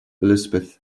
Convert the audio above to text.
elizabeth